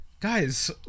guys